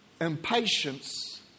impatience